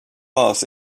loss